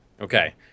Okay